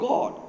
God